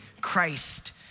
Christ